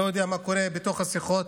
לא יודע מה קורה בתוך השיחות,